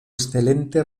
excelente